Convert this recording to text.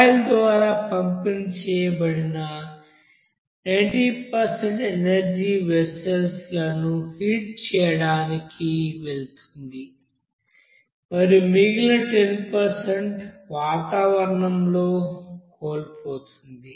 coil ద్వారా పంపిణీ చేయబడిన 90 ఎనర్జీ వెస్సెల్ లను హీట్ చేయడానికి వెళుతుంది మరియు మిగిలిన 10 వాతావరణంలో కోల్పోతుంది